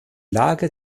lage